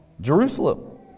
Jerusalem